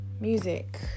music